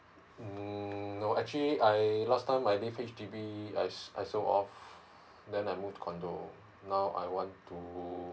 mm no actually I last time I lived H_D_B I I sold off then I moved to condo now I want to